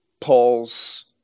Paul's